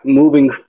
moving